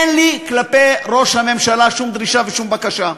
אין לי כלפי ראש הממשלה שום דרישה ושום בקשה.